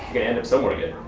end up somewhere good.